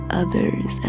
others